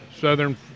Southern